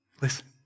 Listen